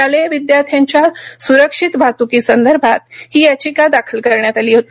शालेय विदयार्थ्यांच्या सुरक्षित वाहत्कीसंदर्भात ही याचिका दाखल करण्यात आली होती